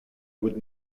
would